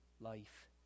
life